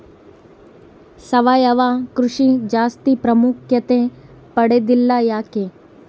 ಸಾವಯವ ಕೃಷಿ ಜಾಸ್ತಿ ಪ್ರಾಮುಖ್ಯತೆ ಪಡೆದಿಲ್ಲ ಯಾಕೆ?